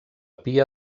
pia